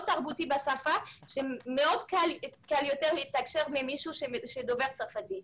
תרבותי בשפה שקל יותר לתקשר עם מישהו שדובר צרפתית.